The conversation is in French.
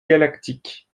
galactique